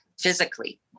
physically